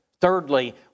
Thirdly